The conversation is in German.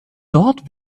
dort